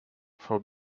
for